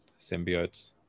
symbiotes